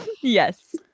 Yes